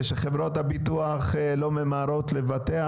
שחברות הביטוח לא ממהרות לבטח,